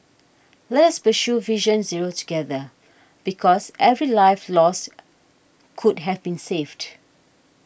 let's pursue Vision Zero together because every life lost could have been saved